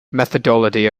methodology